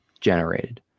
Generated